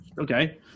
okay